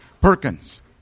Perkins